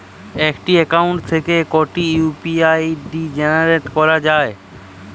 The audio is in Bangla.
একটি অ্যাকাউন্ট থেকে কটি ইউ.পি.আই জেনারেট করা যায়?